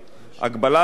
תאריך הבקשות